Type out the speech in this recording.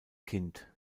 kind